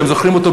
אתם זוכרים אותו,